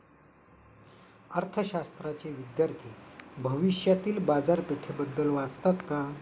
अर्थशास्त्राचे विद्यार्थी भविष्यातील बाजारपेठेबद्दल वाचतात का?